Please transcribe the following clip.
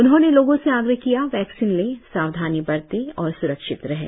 उन्होंने लोगों से आग्रह किया वैक्सीन लें सावधानी बरतें और स्रक्षित रहें